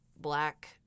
black